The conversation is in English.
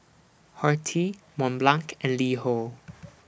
Horti Mont Blanc and LiHo